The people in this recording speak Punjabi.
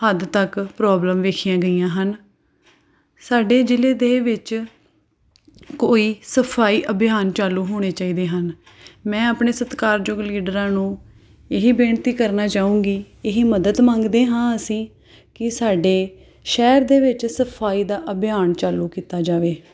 ਹੱਦ ਤੱਕ ਪ੍ਰੋਬਲਮ ਵੇਖੀਆਂ ਗਈਆਂ ਹਨ ਸਾਡੇ ਜ਼ਿਲ੍ਹੇ ਦੇ ਵਿੱਚ ਕੋਈ ਸਫਾਈ ਅਭਿਆਨ ਚਾਲੂ ਹੋਣੇ ਚਾਹੀਦੇ ਹਨ ਮੈਂ ਆਪਣੇ ਸਤਿਕਾਰਯੋਗ ਲੀਡਰਾਂ ਨੂੰ ਇਹ ਬੇਨਤੀ ਕਰਨਾ ਚਾਹੂੰਗੀ ਇਹੀ ਮਦਦ ਮੰਗਦੇ ਹਾਂ ਅਸੀਂ ਕਿ ਸਾਡੇ ਸ਼ਹਿਰ ਦੇ ਵਿੱਚ ਸਫਾਈ ਦਾ ਅਭਿਆਨ ਚਾਲੂ ਕੀਤਾ ਜਾਵੇ